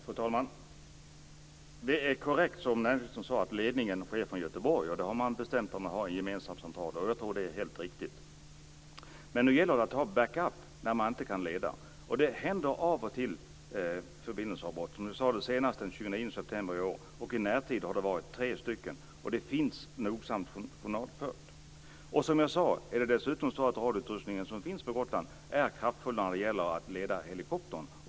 Fru talman! Det är korrekt, som näringsmininstern säger, att ledningen sker från Göteborg. Man har bestämt att ha en gemensam central. Jag tror att det är helt riktigt. Men det gäller att ha en backup när man inte kan leda. Av och till händer ju förbindelseavbrott, senast den 29 september i år. I närtid har det varit tre sådana tillfällen. Detta är nogsamt journalfört. Den radioutrustning som finns på Gotland är, som sagt, kraftfull när det gäller att leda helikoptern.